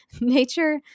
nature